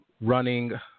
running